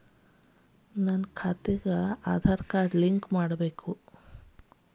ಅಕೌಂಟಿಗೆ Aadhaar card link ಮಾಡಿಸಬೇಕು?